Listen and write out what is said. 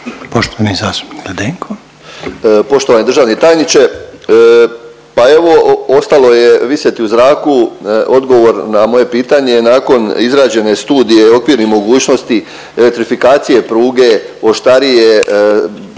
Poštovani državni tajniče, pa evo, ostalo je visjeti u zraku odgovor na moje pitanje nakon izrađene studije, okviri i mogućnosti elektrifikacije pruge